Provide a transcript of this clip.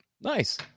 Nice